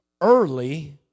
early